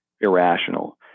irrational